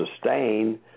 sustain